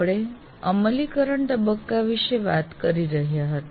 આપણે અમલીકરણ તબક્કા વિષે વાત કરી રહ્યા હતા